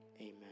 amen